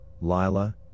Lila